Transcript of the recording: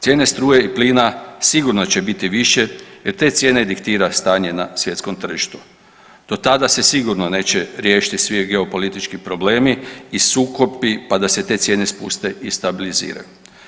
Cijene struje i plina sigurno će biti više jer te cijene diktira stanje na svjetskom tržištu, do tada se sigurno neće riješiti svi geopolitički problemi i sukobi, pa da se te cijene spuste i stabiliziraju.